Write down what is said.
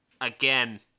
again